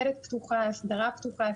הדלת פתוחה, ההסדרה פתוחה.